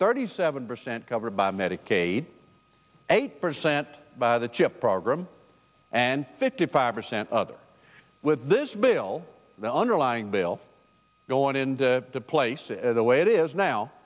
thirty seven percent covered by medicaid eight percent by the chip program and fifty five percent other with this bill the underlying bill going in place is the way it is now